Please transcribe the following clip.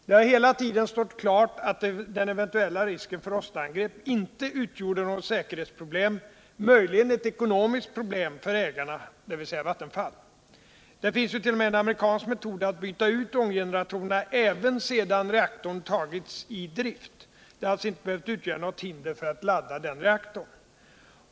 Det har hela tiden stått klart att den eventuella risken för rostangrepp inte utgjorde något säkerhetsproblem. Möjligen är den ett ekonomiskt problem för ägarna, dvs. Vattenfall. Det finns ju i. o. m. en amerikansk metod för att byta ut ånggeneratorerna även sedan reaktorn tagits i drift. Det hade alltså inte behövt utgöra något hinder för att ladda den.